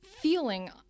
feeling